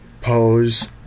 pose